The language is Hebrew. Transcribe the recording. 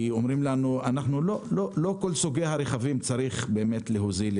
אומרים לנו: לא את כל סוגי הרכבים צריך להוזיל.